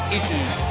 Issues